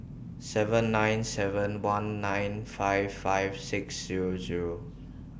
seven nine seven one nine five five six Zero Zero